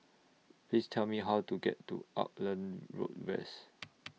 Please Tell Me How to get to Auckland Road West